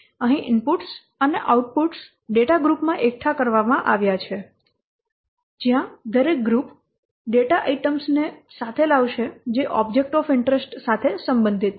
અહીં ઇનપુટ્સ અને output data groups માં એકઠા કરવામાં આવ્યા છે જ્યાં દરેક ગ્રુપ ડેટા આઇટમ્સ ને સાથે લાવશે જે ઓબ્જેક્ટ ઑફ ઇન્ટરેસ્ટ સાથે સંબંધિત છે